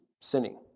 sinning